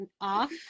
off